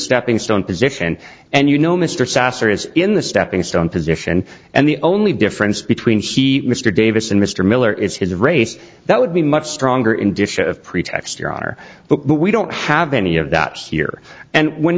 steppingstone position and you know mr sasser is in the steppingstone position and the only difference between he mr davis and mr miller is his race that would be much stronger in disha of pretext your honor but we don't have any of that here and when